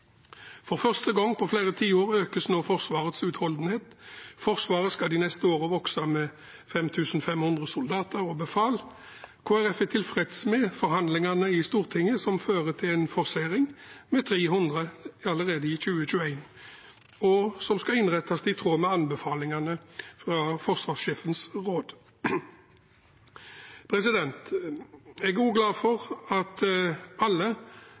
For første gang på flere tiår økes nå Forsvarets utholdenhet. Forsvaret skal de neste årene vokse med 5 500 soldater og befal. Kristelig Folkeparti er tilfreds med forhandlingene i Stortinget, som fører til en forsering med 300 allerede i 2021, som skal innrettes i tråd med anbefalingene fra Forsvarssjefens fagmilitære råd. Jeg er også glad for at alle